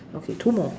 okay two more